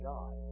God